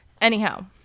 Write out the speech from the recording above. anyhow